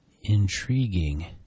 Intriguing